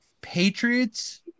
Patriots